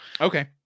okay